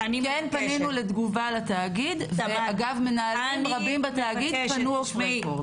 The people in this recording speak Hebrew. כן פנינו לתגובה לתאגיד ואגב מנהלים רבים בתאגיד פנו אוף רקורד.